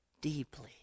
deeply